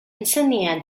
insignia